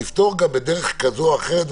נפתור גם בדרך כזו או אחרת,